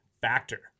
Factor